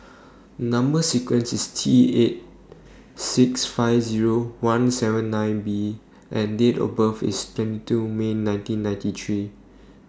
Number sequence IS T eight six five Zero one seven nine B and Date of birth IS twenty two May nineteen ninety three